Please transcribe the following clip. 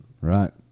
Right